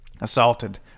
Assaulted